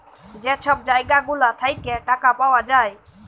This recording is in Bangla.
যে ছব জায়গা গুলা থ্যাইকে টাকা পাউয়া যায়